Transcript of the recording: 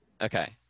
Okay